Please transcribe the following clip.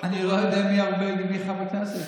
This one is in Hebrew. אני לא יודע מי נורבגי ומי חבר כנסת.